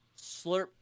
Slurp